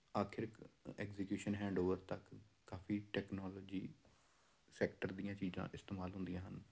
ਆਖਿਰ execution hand over ਤੱਕ ਕਾਫ਼ੀ ਟੈਕਨੋਲੋਜੀ ਸੈਕਟਰ ਦੀਆਂ ਚੀਜ਼ਾਂ ਇਸਤੇਮਾਲ ਹੁੰਦੀਆਂ ਹਨ